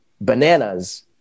Bananas